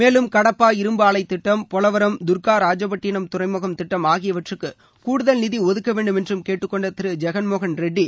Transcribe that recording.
மேலும் கடப்பா இரும்பு ஆலை திட்டம் பொலவரம் தர்கா ராஜபட்டினம் துறைமுக திட்டம் ஆகியவற்றுக்கு கூடுதல் நிதி ஒதுக்கவேண்டும் என்றும் கேட்டுக்கொண்ட திரு ஜெகன்மோகன் ரெட்டி